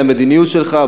על המדיניות שלך,